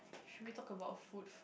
should we talk about food